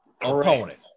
opponent